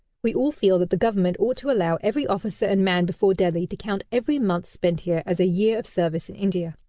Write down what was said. we all feel that the government ought to allow every officer and man before delhi to count every month spent here as a year of service in india.